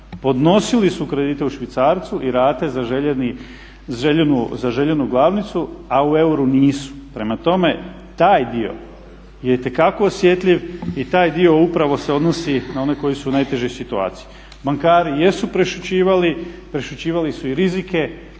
podnosili su kredite u švicarcu i rate za željenu glavnicu a u euru nisu. Prema tome, taj dio je itekako osjetljiv i taj dio upravo se odnosi na one koji su u najtežoj situaciji. Bankari jesu prešućivali, prešućivali su i rizike